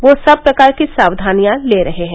वो सब प्रकार की साक्धानियां ले रहे हैं